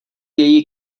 její